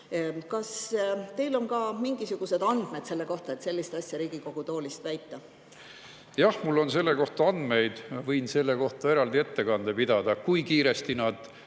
Kas teil on ka mingisugused andmed selle kohta, et sellist asja Riigikogu kõnetoolist väita? Jah, mul on selle kohta andmeid. Ma võin selle kohta eraldi ettekande pidada, kui kiiresti nad